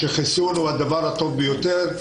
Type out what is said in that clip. שחיסון הוא הדבר הטוב ביותר.